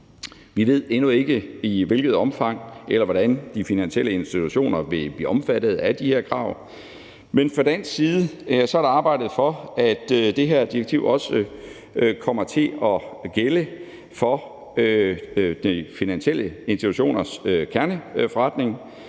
Vi ved endnu ikke, i hvilket omfang eller hvordan de finansielle institutioner vil blive omfattet af de her krav, men fra dansk side er der arbejdet for, at det her direktiv også kommer til at gælde for de finansielle institutioners kerneforretning,